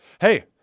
Hey